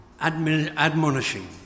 admonishing